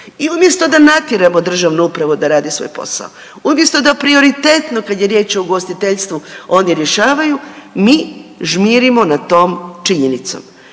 I umjesto da natjeramo državnu upravu da radi svoj posao, umjesto da prioritetno kad je riječ o ugostiteljstvu oni rješavaju, mi žmirimo nad tom činjenicom.